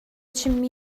chimmi